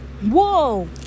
Whoa